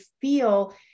feel